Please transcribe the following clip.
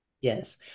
Yes